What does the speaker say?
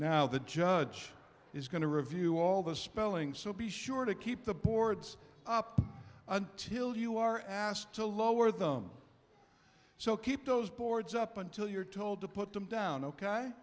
now the judge is going to review all the spelling so be sure to keep the boards up until you are asked to lower them so keep those boards up until you're told to put them down ok